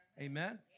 Amen